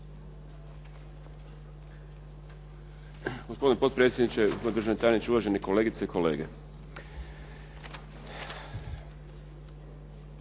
Hvala